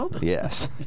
Yes